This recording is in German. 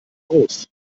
groß